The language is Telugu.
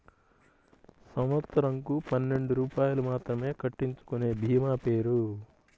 సంవత్సరంకు పన్నెండు రూపాయలు మాత్రమే కట్టించుకొనే భీమా పేరు?